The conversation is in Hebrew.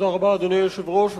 אדוני היושב-ראש,